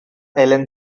allen